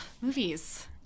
movies